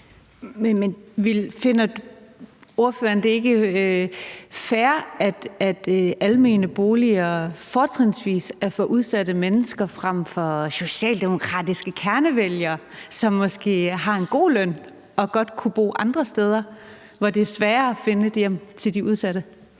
Men finder ordføreren det ikke fair, at almene boliger fortrinsvis er for udsatte mennesker – frem for socialdemokratiske kernevælgere, som måske har en god løn og godt kunne bo andre steder, mens det er sværere at finde et hjem til de udsatte?